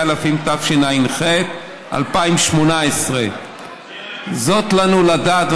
התשע"ח 2018. זאת לנו לדעת,